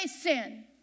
sin